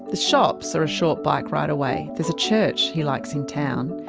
shops are a short bike ride away, there's a church he likes in town.